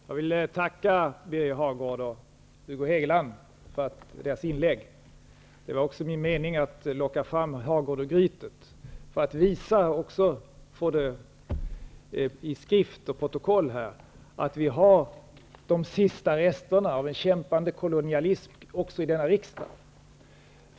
Herr talman! Jag vill tacka Birger Hagård och Hugo Hegeland för deras inlägg. Det var också min mening att locka fram Birger Hagård ur grytet för att visa, genom att få det i skrift i protokollet, att vi har de sista resterna av en kämpande kolonialism även i denna riksdag.